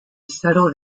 settled